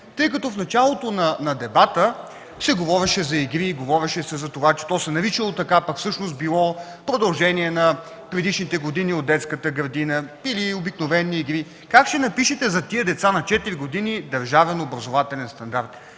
деца? В началото на дебата се говореше за игри, говореше се, че то се наричало така, а всъщност било продължение на предишните години от детската градина или обикновени игри. Как ще напишете държавен образователен стандарт